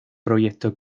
proyecto